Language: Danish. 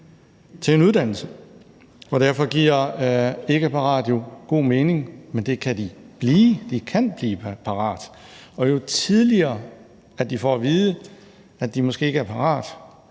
til en uddannelse, og derfor giver udtrykket ikke parat jo god mening, men de kan blive parate. Og jo tidligere de får at vide, at de måske ikke er parate,